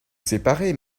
séparés